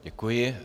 Děkuji.